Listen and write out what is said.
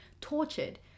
tortured